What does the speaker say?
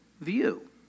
view